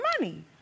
money